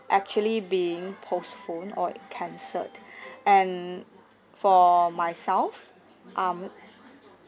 actually being postponed or it cancelled and for myself um